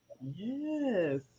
Yes